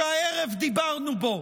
שהערב דיברנו בו,